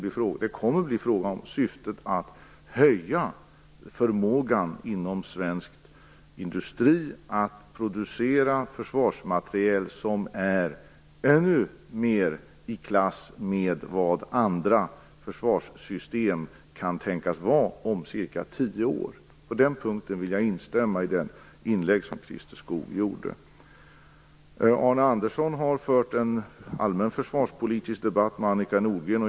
Det kommer alltså att bli fråga om att höja förmågan inom svensk industri när det gäller att producera försvarsmateriel som är i klass med vad andra försvarssystem kan tänkas vara om ca 10 år. På den punkten vill jag instämma i Christer Skoogs inlägg. Arne Andersson har fört en allmän försvarspolitisk debatt med Annika Nordgren.